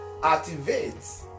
Activates